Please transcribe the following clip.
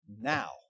now